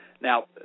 Now